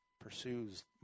pursues